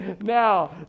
now